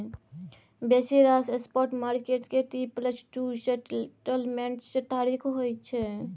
बेसी रास spot market के टी प्लस टू सेटलमेंट्स तारीख होइ छै